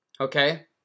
Okay